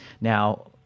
Now